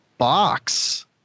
box